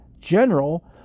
General